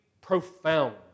profound